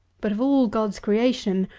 but, of all god's creation,